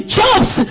jobs